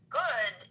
good